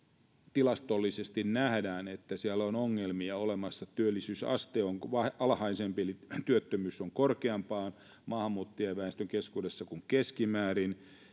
tilastollisesti nähdään että siellä on ongelmia olemassa työllisyysaste on alhaisempi eli työttömyys on korkeampaa maahanmuuttajaväestön keskuudessa kuin keskimäärin